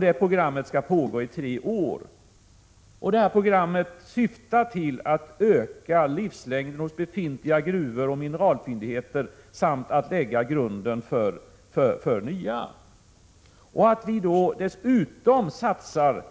Det programmet skall pågå i tre år. Programmet syftar till att öka livslängden hos befintliga gruvor och mineralfyndigheter samt skapa förutsättningar för nya. Dessutom satsar